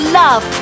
love